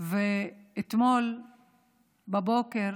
שאתמול בבוקר